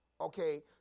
Okay